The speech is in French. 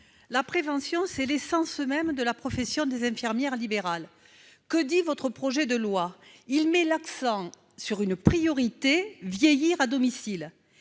la prévention, c'est l'essence même de la profession des infirmières libérales que dit votre projet de loi, il met l'accent sur une priorité : vieillir à domicile